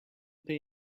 pay